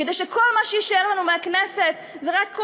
כדי שכל מה שיישאר לנו מהכנסת זה רק כל